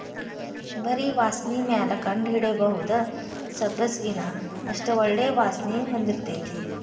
ಬರಿ ವಾಸ್ಣಿಮ್ಯಾಲ ಕಂಡಹಿಡಿಬಹುದ ಸಬ್ಬಸಗಿನಾ ಅಷ್ಟ ಒಳ್ಳೆ ವಾಸ್ಣಿ ಹೊಂದಿರ್ತೈತಿ